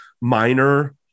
minor